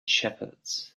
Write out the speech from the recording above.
shepherds